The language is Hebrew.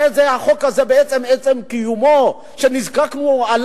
הרי החוק הזה, מעצם קיומו, שנזקקנו לו,